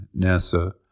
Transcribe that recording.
nasa